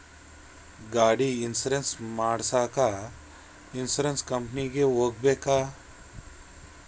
ಗಾಡಿ ಇನ್ಸುರೆನ್ಸ್ ಮಾಡಸಾಕ ಇನ್ಸುರೆನ್ಸ್ ಕಂಪನಿಗೆ ಹೋಗಬೇಕಾ?